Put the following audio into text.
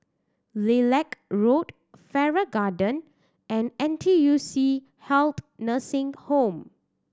Lilac Road Farrer Garden and N T U C Health Nursing Home